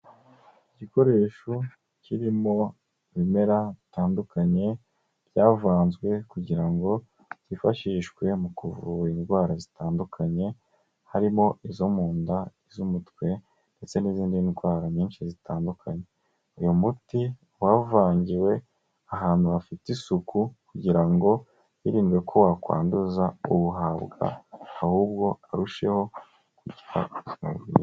Igikoresho kirimo ibimera bitandukanye byavanzwe kugira ngo wifashishwe mu kuvura indwara zitandukanye harimo izo mu nda, iz'umutwe ndetse n'izindi ndwara nyinshi zitandukanye. Uyu muti wavangiwe ahantu hafite isuku kugira ngo hirindwe ko wakwanduza uwuhabwa ahubwo arusheho kugira ubuzima bwiza.